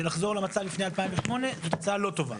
שנחזור למצב לפני 2008 זו הצעה לא טובה.